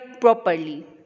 properly